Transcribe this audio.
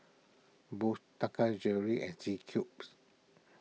Boost Taka Jewelry and C Cubes